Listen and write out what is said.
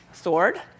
sword